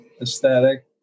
aesthetic